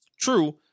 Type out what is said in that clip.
True